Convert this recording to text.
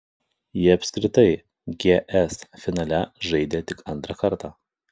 ji apskritai gs finale žaidė tik antrą kartą